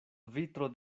vitro